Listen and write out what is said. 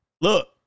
Look